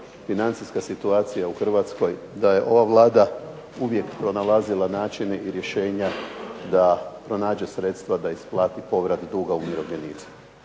financijska situacija u Hrvatskoj da je ova Vlada uvijek pronalazila načine i rješenja da pronađe sredstva da isplati povrat duga umirovljenicima.